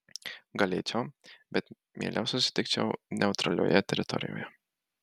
galėčiau bet mieliau susitikčiau neutralioje teritorijoje